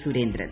Surendran